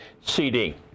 CD